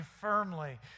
firmly